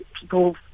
People